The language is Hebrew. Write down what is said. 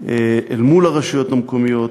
מול הרשויות המקומיות,